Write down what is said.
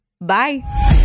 Bye